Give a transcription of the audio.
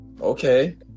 Okay